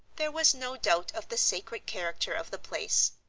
there was no doubt of the sacred character of the place.